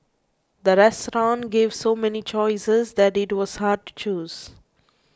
the restaurant gave so many choices that it was hard to choose